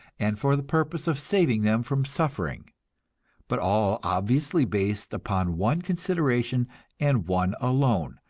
and for the purpose of saving them from suffering but all obviously based upon one consideration and one alone,